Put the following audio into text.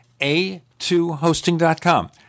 A2hosting.com